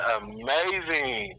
amazing